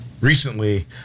recently